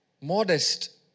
modest